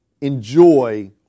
enjoy